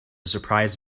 surprise